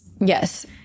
Yes